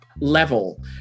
Level